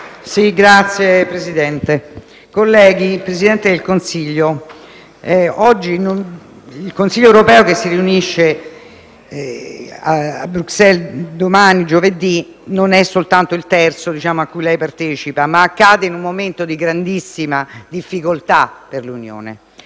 *(Misto-LeU)*. Signor Presidente del Consiglio, il Consiglio europeo che si riunisce a Bruxelles domani e giovedì non è soltanto il terzo a cui lei partecipa, ma cade in un momento di grandissima difficoltà per l'Unione